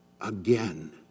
Again